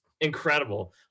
incredible